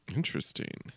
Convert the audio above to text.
Interesting